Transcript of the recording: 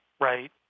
right